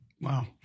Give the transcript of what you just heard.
Wow